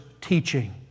teaching